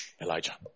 Elijah